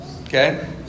Okay